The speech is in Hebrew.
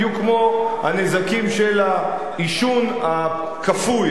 בדיוק כמו הנזקים של העישון הכפוי,